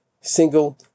single